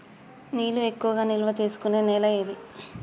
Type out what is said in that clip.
నీళ్లు ఎక్కువగా నిల్వ చేసుకునే నేల ఏది?